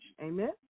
Amen